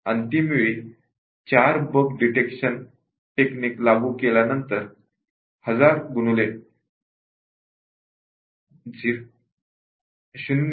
अंतिम वेळी 4 bug detection techniques लागू झाल्यानंतर 1000 0